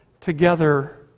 together